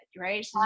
right